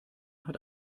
hat